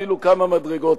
אפילו כמה מדרגות,